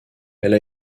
elle